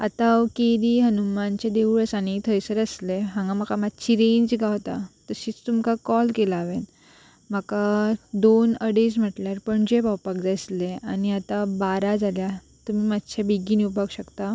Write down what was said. आतां हांव केरी हनुमानचें देवूळ आसा न्ही थंयसर आसलें हांगा म्हाका मातशी रेंज गावता तशीच तुमकां कॉल केला हांवेंन म्हाका दोन अडेज म्हटल्यार पणजे पावपाक जाय आसले आनी आतां बारा जाल्या तुमी मातशे बेगीन येवपाक शकता